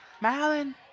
Malin